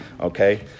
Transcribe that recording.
okay